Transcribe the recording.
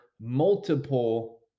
multiple